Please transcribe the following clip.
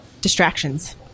Distractions